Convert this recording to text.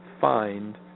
find